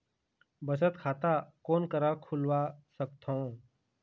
बचत खाता कोन करा खुलवा सकथौं?